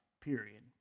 period